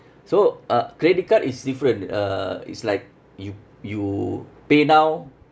so uh credit card is different uh is like you you pay now